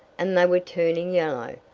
and they were turning yellow.